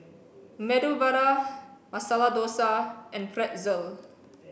Medu Vada Masala Dosa and Pretzel